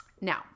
Now